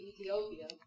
Ethiopia